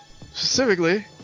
Specifically